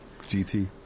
GT